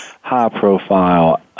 high-profile